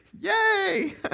Yay